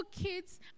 kids